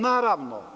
Naravno.